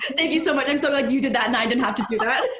thank you so much, i'm so glad you did that and i didn't have to do that.